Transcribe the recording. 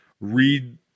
read